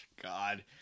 God